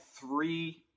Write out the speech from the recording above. three